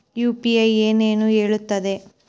UPI ಏನನ್ನು ಹೇಳುತ್ತದೆ?